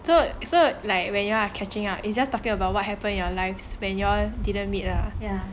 so so like when you are catching up it's just talking about what happened in your lives when you all didn't meet ah